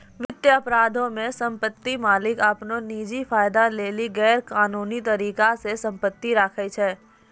वित्तीय अपराधो मे सम्पति मालिक अपनो निजी फायदा लेली गैरकानूनी तरिका से सम्पति राखै छै